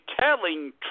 telling